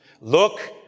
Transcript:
Look